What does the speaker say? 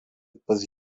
pas